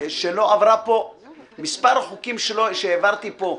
מספר החוקים שהעברתי פה,